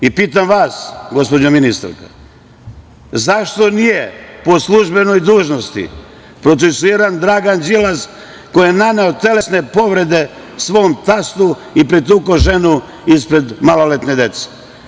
Pitam vas, gospođo ministarka, zašto nije po službenoj dužnosti procesuiran Dragan Đilas koji je naneo telesne povrede svom tastu i pretukao ženu ispred maloletne dece?